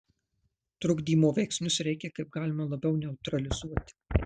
trukdymo veiksnius reikia kaip galima labiau neutralizuoti